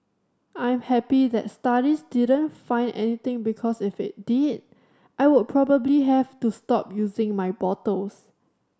I'm happy the studies didn't find anything because if it did I would probably have to stop using my bottles